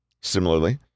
Similarly